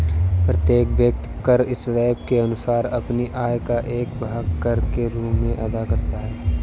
प्रत्येक व्यक्ति कर स्लैब के अनुसार अपनी आय का एक भाग कर के रूप में अदा करता है